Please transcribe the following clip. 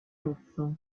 rosso